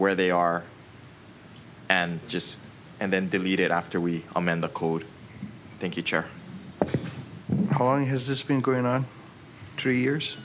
where they are and just and then delete it after we amend the code thank you chair how long has this been going on three years